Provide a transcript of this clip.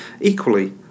equally